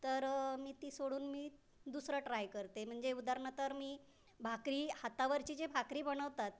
तर मी ती सोडून मी दुसरं ट्राय करते म्हणजे उदाहरणं तर मी भाकरी हातावरची जे भाकरी बनवतात ते